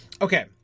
Okay